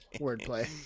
Wordplay